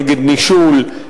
נגד נישול,